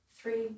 three